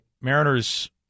Mariners